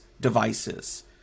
devices